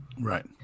Right